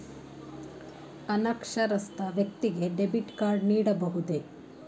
ಅನಕ್ಷರಸ್ಥ ವ್ಯಕ್ತಿಗೆ debit card ನೀಡಬಹುದೇ?